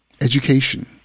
Education